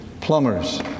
plumbers